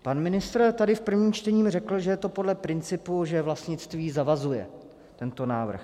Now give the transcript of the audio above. Pan ministr tady v prvním čtení řekl, že je to podle principu, že vlastnictví zavazuje, tento návrh.